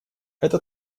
это